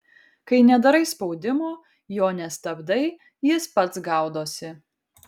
kai nedarai spaudimo jo nestabdai jis pats gaudosi